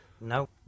no